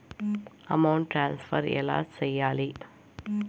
amount transfer ఎలా సేయాలి